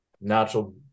natural